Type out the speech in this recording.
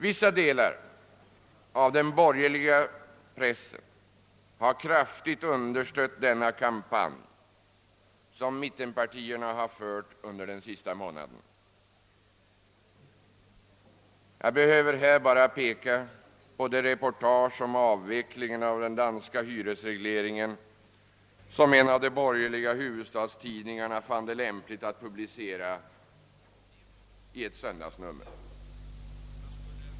Vissa delar av den borgerliga pressen har kraftigt understött den kampanj som mittenpartierna har fört under den senaste månaden. Jag behöver bara peka på det reportage om avvecklingen av den danska hyresregleringen som en av de borgerliga huvudstadstidningarna fann lämpligt att publicera — i ett söndagsnummer.